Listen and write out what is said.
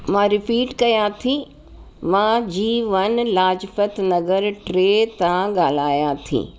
मां रिपीट कयां थी मां जी वन लाजपत नगर टे ॻाल्हायां थी